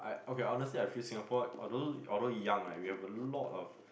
I okay honestly I feel Singapore although although young ah we have a lot of